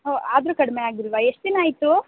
ಓಹ್ ಆದರೂ ಕಡಿಮೆ ಆಗಿಲ್ಲವಾ ಎಷ್ಟು ದಿನ ಆಯಿತು